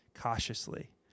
cautiously